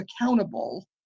accountable